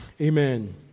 Amen